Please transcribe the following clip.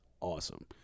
awesome